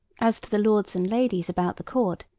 as to the lords and ladies about the court,